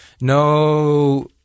No